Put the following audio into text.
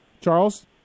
Charles